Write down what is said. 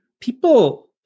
people